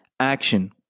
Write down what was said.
Action